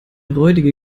räudige